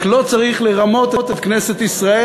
רק לא צריך לרמות את כנסת ישראל,